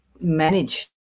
manage